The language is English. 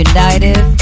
United